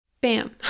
bam